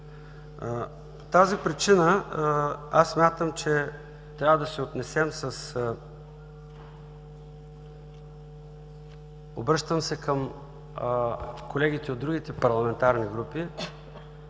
тази причина смятам, че трябва да се отнесем – обръщам се към колегите от другите парламентарни групи